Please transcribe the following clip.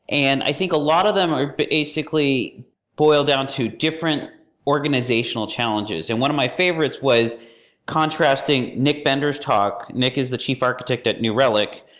and i think a lot of them are basically boil down to different organizational challenges. and one of my favorites was contrasting nic benders' talk nic is he chief architect at new relic.